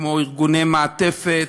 כמו "ארגוני מעטפת"